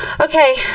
Okay